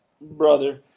brother